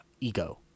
ego